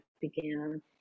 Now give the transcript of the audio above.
began